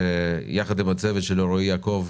שיחד עם רועי יעקב,